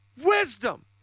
wisdom